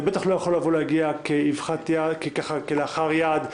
זה בטח לא יכול להגיע כלאחר יד.